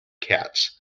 cats